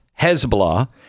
Hezbollah